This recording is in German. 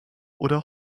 oder